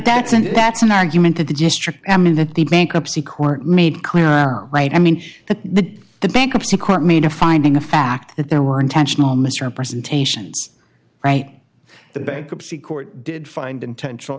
that's and that's an argument to the district and that the bankruptcy court made clear right i mean the bankruptcy court mean a finding of fact that there were intentional misrepresentation right the bankruptcy court did find intentional